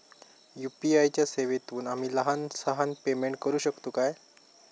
UPI च्या सेवेतून आम्ही लहान सहान पेमेंट करू शकतू काय?